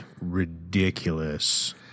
ridiculous